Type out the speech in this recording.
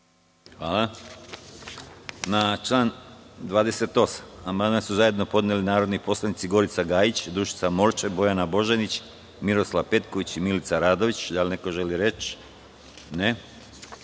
Hvala. Na član 28. amandman su zajedno podneli narodni poslanici Gorica Gajić, Dušica Morčev, Bojana Božanić, Miroslav Petković i Milica Radović. Da li neko želi reč? (Ne)Na član